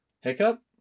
Hiccup